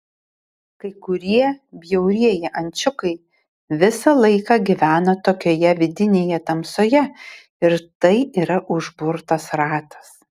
kai kurie bjaurieji ančiukai visą laiką gyvena tokioje vidinėje tamsoje ir tai yra užburtas ratas